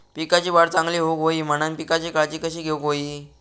पिकाची वाढ चांगली होऊक होई म्हणान पिकाची काळजी कशी घेऊक होई?